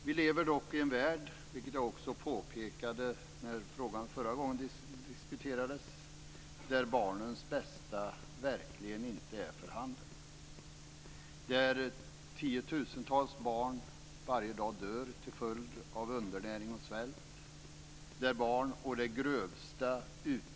Vi lever dock i en värld där barnens bästa verkligen inte är för handen, vilket jag också påpekade när frågan diskuterades förra gången. Tiotusentals barn dör varje dag till följd av undernäring och svält. Barn utnyttjas å det grövsta.